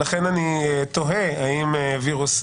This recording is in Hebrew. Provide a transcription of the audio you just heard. לכן אני תוהה האם וירוס,